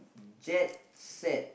jet sack